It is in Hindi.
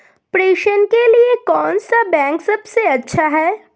प्रेषण के लिए कौन सा बैंक सबसे अच्छा है?